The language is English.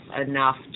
enough